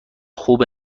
خوب